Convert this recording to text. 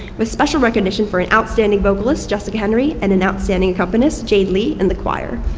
with special recognition for an outstanding vocalist, jessica henry, and an outstanding accompanist, jade lee, and the choir.